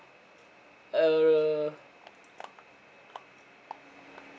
err